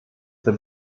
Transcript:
der